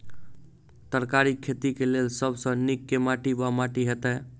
तरकारीक खेती केँ लेल सब सऽ नीक केँ माटि वा माटि हेतै?